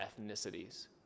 ethnicities